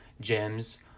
gems